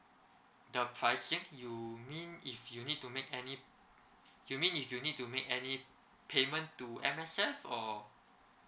the price seek you mean if you need to make any you mean if you need to make any payment to M_S_F or